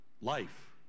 life